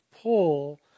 pull